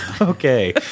Okay